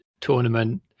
tournament